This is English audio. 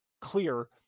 clear